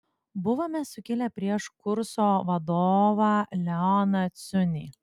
buvome sukilę prieš kurso vadovą leoną ciunį